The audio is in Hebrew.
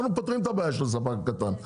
אנחנו פותרים את הבעיה של הספק הקטן,